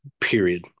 Period